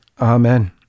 Amen